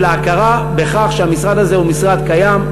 ההכרה בכך שהמשרד הזה הוא משרד קיים,